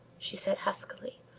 she said huskily.